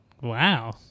Wow